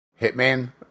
Hitman